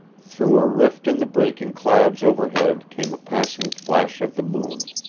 through a rift in the breaking clouds overhead came a passing flash of the moon.